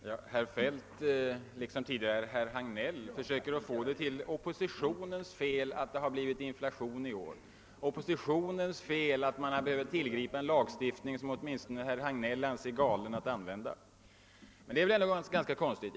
Herr talman! Herr Feldt försöker liksom tidigare herr Hagnell få det till oppositionens fel att det har blivit inflation i år så att man behövt tillgripa en lagstiftning som åtminstone herr Hagnell anser det vara galet att använda. Det är väl ändå ganska konstigt!